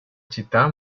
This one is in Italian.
città